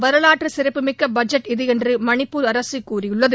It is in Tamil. வரலாற்று சிறப்புமிக்க பட்ஜெட் இது என்று மணிப்பூர் அரசு கூறியுள்ளது